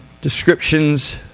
descriptions